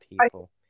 people